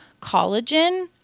collagen